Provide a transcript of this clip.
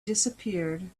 disappeared